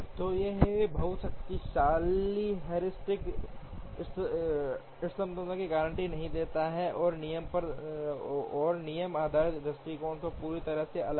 तो यह एक बहुत ही शक्तिशाली हैरिस्टिक इष्टतमता की गारंटी नहीं देता है और नियम आधारित दृष्टिकोण से पूरी तरह से अलग है